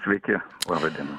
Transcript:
sveiki laba diena